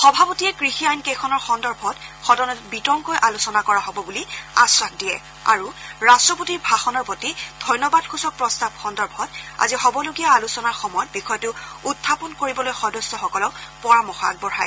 সভাপতিয়ে কৃষি আইন কেইখনৰ সন্দৰ্ভত সদনত বিতংকৈ আলোচনা কৰা হব বুলি আখাস দিয়ে আৰু ৰাট্টপতিৰ ভাষণৰ প্ৰতি ধন্যবাদসূচক প্ৰস্তাৱ সন্দৰ্ভত আজি হবলগীয়া আলোচনাৰ সময়ত বিষয়টো উখাপন কৰিবলৈ সদস্যসকলক পৰামৰ্শ আগবঢ়ায়